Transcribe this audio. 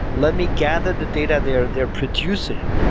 let me gather the data they're they're producing.